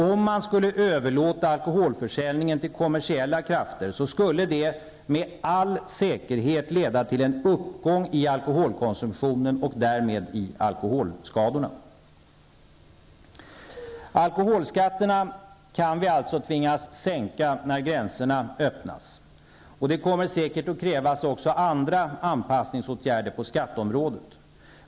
Om man skulle överlåta alkoholförsäljningen till kommersiella krafter skulle det med all säkerhet leda till en uppgång i alkoholkonsumtionen och därmed i alkoholskadorna. Alkoholskatterna kan vi alltså tvingas sänka när gränserna öppnas. Det kommer säkert att krävas också andra anpassningsåtgärder på skatteområdet.